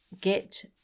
get